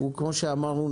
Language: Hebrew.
כמו שאמרנו,